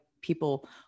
people